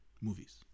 movies